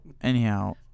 anyhow